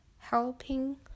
helping